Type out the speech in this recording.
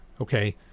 Okay